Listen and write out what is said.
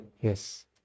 Yes